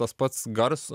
tas pats garso